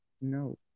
No